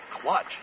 clutch